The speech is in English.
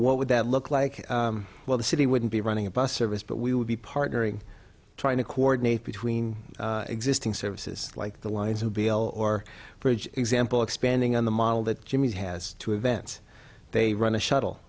what would that look like well the city wouldn't be running a bus service but we would be partnering trying to coordinate between existing services like the lines of beale or bridge example expanding on the model that jimmy has two events they run a shuttle